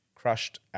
crushed